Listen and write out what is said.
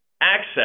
access